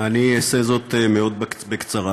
אני אעשה זאת מאוד בקצרה.